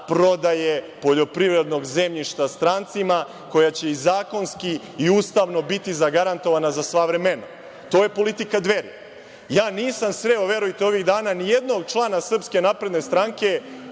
poljoprivrednog zemljišta strancima, koja će i zakonski i ustavno biti zagarantovana za sva vremena. To je politika Dveri. Ja nisam sreo, verujte, ovih dana ni jednog člana SNS ili birača